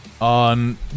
on